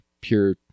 pure